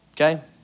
okay